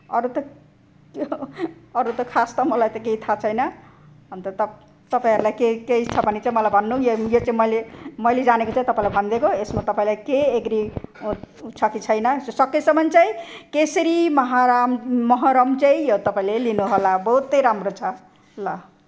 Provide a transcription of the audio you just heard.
अरू त के हो अरू त खास त मलाई त केही थाहा छैन अन्त तप् तपाईँहरूलाई केही केही छ भने चाहिँ मलाई भन्नु यो यो चाहिँ मैले मैले जानेको चाहिँ तपाईँलाई भनिदिएको यसमा तपाईँलाई केही एग्री उ छ कि छैन सो सकेसम्म चाहिँ केशरी माहराम महरम चाहिँ हो तपाईँले लिनुहोला बहुतै राम्रो छ ल